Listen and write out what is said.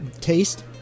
taste